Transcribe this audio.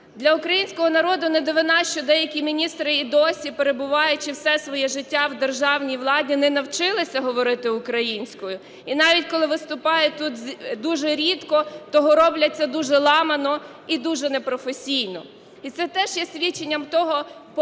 Для українського народу не дивина, що деякі міністри і досі, перебуваючи все своє життя в державній владі, не навчилися говорити українською. І навіть коли виступають тут дуже рідко, то роблять це дуже ламано і дуже непрофесійно. І це теж є свідченням того, поваги